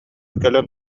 кэлэн